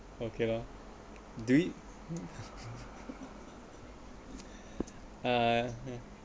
okay loh do we uh